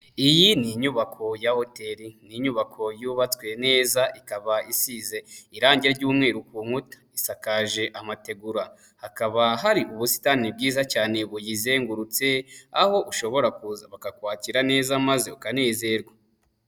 Iyi ni inyubako ya hoteri. Ni inyubako yubatswe neza, ikaba isize irangi ry'umweru ku nkuta. Isakaje amategura hakaba hari ubusitani bwiza cyane buyizengurutse, aho ushobora kuza bakakwakira neza maze ukanezerwa.